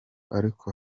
ariko